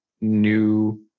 new